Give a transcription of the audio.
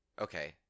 okay